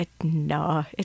No